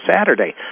Saturday